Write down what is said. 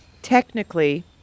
Technically